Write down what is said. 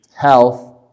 health